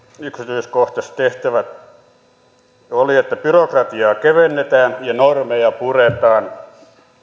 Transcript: yksityiskohtaisesti tehtävä että byrokratiaa kevennetään ja normeja puretaan